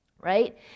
right